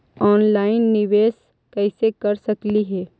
Online निबेस कैसे कर सकली हे?